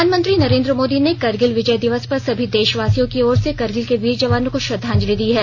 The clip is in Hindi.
प्रधानमंत्री नरेन्द्र मोदी ने करगिल विजय दिवस पर सभी देशवासियों की ओर से करगिल के वीर जवानों को श्रद्वांजलि दी है